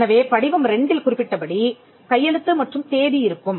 எனவே படிவம் 2ல் குறிப்பிட்டபடி கையெழுத்து மற்றும் தேதி இருக்கும்